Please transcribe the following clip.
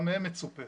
גם מהם מצופה